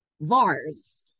Vars